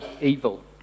evil